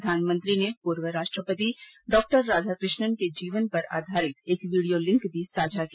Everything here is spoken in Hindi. प्रधानमंत्री ने पूर्व राष्ट्रपति डॉराधाकृष्णन के जीवन पर आधारित एक वीडियो लिंक भी साझा किया